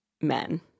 men